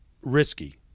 risky